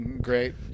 great